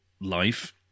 life